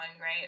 right